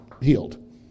healed